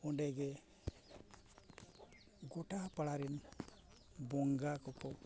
ᱚᱸᱰᱮ ᱜᱮ ᱜᱚᱴᱟ ᱯᱟᱲᱟᱨᱮᱱ ᱵᱚᱸᱜᱟ ᱠᱚᱠᱚ